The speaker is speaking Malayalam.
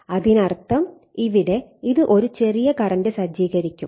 അതിനർത്ഥം ഇവിടെ ഇത് ഒരു ചെറിയ കറന്റ് സജ്ജീകരിക്കും